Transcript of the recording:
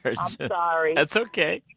sorry that's ok.